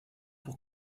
pour